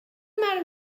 matter